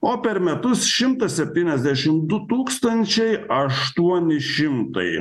o per metus šimtas septyniasdešim du tūkstančiai aštuoni šimtai